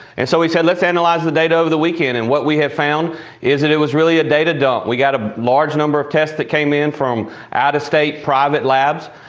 and so we said, let's analyze the data over the weekend. and what we have found is that it was really a day to day. we got a large number of tests that came in from out-of-state private labs.